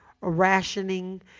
rationing